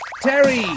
Terry